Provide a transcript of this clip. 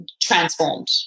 transformed